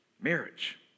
marriage